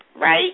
Right